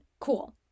cool